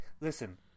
listen